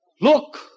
Look